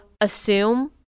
assume